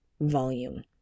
volume